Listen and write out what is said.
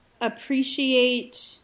appreciate